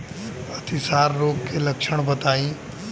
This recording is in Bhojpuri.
अतिसार रोग के लक्षण बताई?